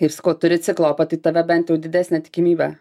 ir sakau turi ciklopą tai tave bent jau didesnė tikimybė